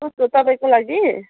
कसको तपाईँको लागि